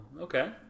okay